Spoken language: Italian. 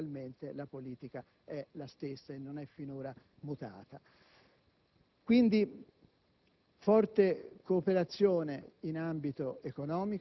Il contrasto al terrorismo non si fa chiudendo le porte all'immigrazione, ma rafforzando l'*intelligence*.